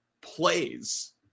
plays